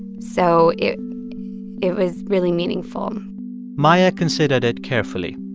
so it it was really meaningful um maia considered it carefully.